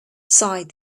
sighed